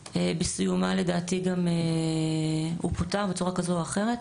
בסיומה לדעתי גם הוא פוטר בצורה כזו או אחרת.